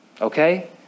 Okay